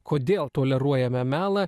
kodėl toleruojame melą